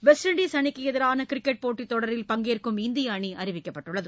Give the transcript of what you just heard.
west Indies அணிக்கு எதிரான cricket போட்டித் தொடரில் பங்கேற்பதற்கான இந்திய அணி அறிவிக்கப்பட்டுள்ளது